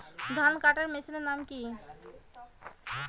ধান কাটার মেশিনের নাম কি?